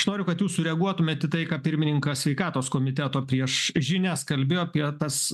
aš noriu kad jūs sureaguotumėt į tai ką pirmininkas sveikatos komiteto prieš žinias kalbėjo apie tas